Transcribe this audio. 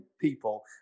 people